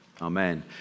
Amen